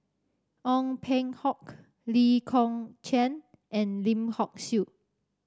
Ong Peng Hock Lee Kong Chian and Lim Hock Siew